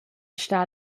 star